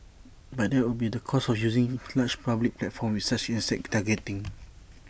but that would be the cost of using large public platforms with such exact targeting